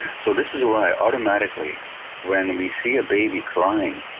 so this is why automatically when we see a baby crying,